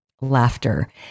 laughter